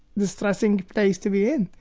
distressing place to be in.